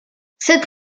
cette